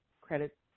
credit